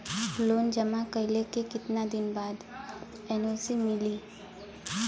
Loan जमा कइले के कितना दिन बाद एन.ओ.सी मिली?